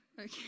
okay